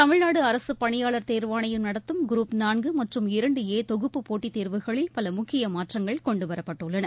தமிழ்நாடு அரசுப் பணிபாளர் தேர்வாணையம் நடத்தும் குரூப் நான்கு மற்றும் இரண்டு ஏ தொகுப்பு போட்டித் தேர்வுகளில் பல முக்கிய மாற்றங்கள் கொண்டு வரப்பட்டுள்ளன